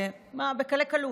מה, בקלי-קלות.